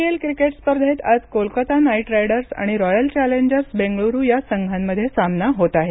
PL cricket स्पर्धेत आज Kolkata Knight Riders आणि रॉयल चॅलेंजर्स बेंगळुरू या संघांमध्ये सामना होत आहे